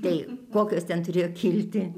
tai kokios ten turėjo kilti